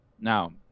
Now